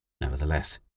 Nevertheless